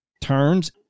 turns